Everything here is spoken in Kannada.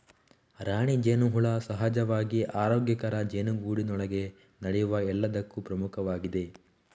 ರಾಣಿ ಜೇನುಹುಳ ಸಹಜವಾಗಿ ಆರೋಗ್ಯಕರ ಜೇನುಗೂಡಿನೊಳಗೆ ನಡೆಯುವ ಎಲ್ಲದಕ್ಕೂ ಪ್ರಮುಖವಾಗಿದೆ